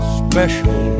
special